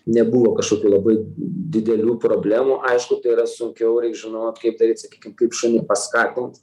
nebuvo kažkokių labai didelių problemų aišku tai yra sunkiau reik žinot kaip daryt sakykim kaip šunį paskatint